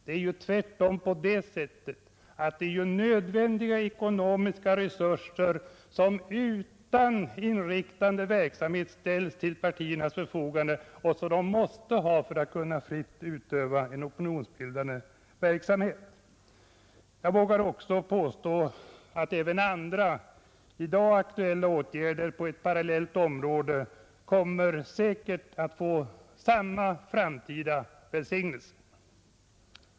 Det är tvärtom så att det är nödvändiga ekonomiska resurser, som utan inriktande verksamhet ställs till partiernas förfogande och som de måste ha för att kunna fritt utöva en opinionsbildande verksamhet. Jag vågar också påstå att även andra i dag aktuella åtgärder på ett parallellt område säkert kommer att få samma framtida välsignelse.